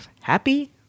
Happy